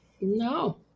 no